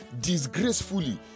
disgracefully